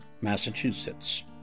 Massachusetts